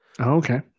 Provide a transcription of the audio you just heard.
okay